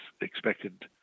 expected